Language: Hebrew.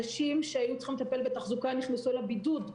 אנשים שהיו צריכים לטפל בתחזוקה נכנסו לבידוד.